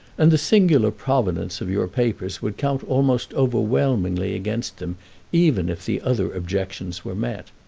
and the singular provenance of your papers would count almost overwhelmingly against them even if the other objections were met.